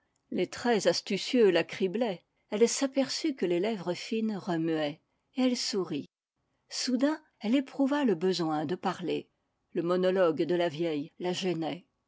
les traits astucieux la criblaient elle s'aperçut que les lèvres fines remuaient et elle sourit soudain elle éprouva le besoin de parler le monologue de la vieille la gênait